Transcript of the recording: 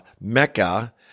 Mecca